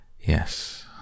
Yes